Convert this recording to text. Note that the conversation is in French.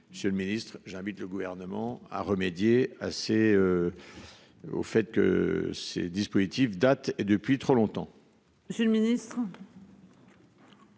Monsieur le Ministre, j'invite le gouvernement à remédier assez. Au fait que ces dispositifs date et depuis trop longtemps.--